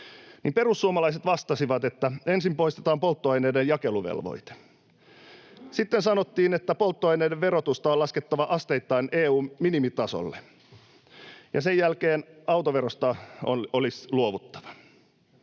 perussuomalaiset vastasivat, että ensin poistetaan polttoaineiden jakeluvelvoite, sitten sanottiin, että polttoaineiden verotusta on laskettava asteittain EU:n minimitasolle ja sen jälkeen autoverosta olisi luovuttava.